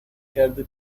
کرده